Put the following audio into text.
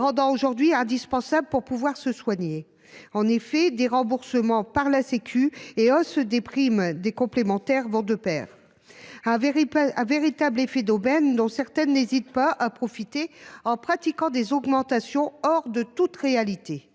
rendant aujourd’hui indispensables pour pouvoir se soigner. En effet, déremboursements par la sécurité sociale et hausses des primes des complémentaires vont de pair. C’est un véritable effet d’aubaine, dont certaines n’hésitent pas à profiter en pratiquant des augmentations hors de toute réalité.